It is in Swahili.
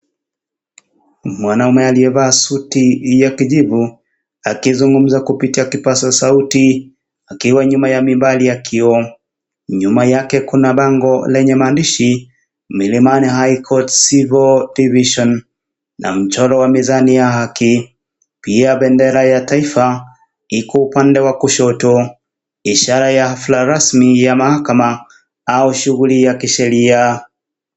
Mwanamme aliyevalia suti ya kijivu akizungumza kupitia kipasa sauti akiwa nyuma ya mimbari ya kioo. Nyuma yake kuna bango lenye maandishi, Milimani High Court Civil Division. Na mchoro wa mizani ya haki. Pia bendera ya taifa, iko upande wa kushoto, ishara ya hafla rasmi ya mahakama au shughuli ya kisheria.